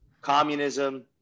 communism